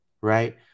right